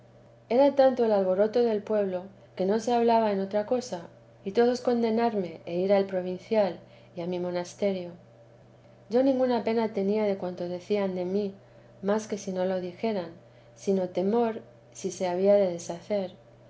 era tanto el alboroto del pueblo que no se hablaba en otra cosa y todos condenarme e ir al provincial y a mi monasterio yo ninguna pena tenía de cuanto decían de mí más que si no lo dijeran sino temor si se había de deshacer